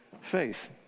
faith